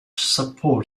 support